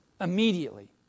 immediately